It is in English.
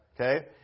Okay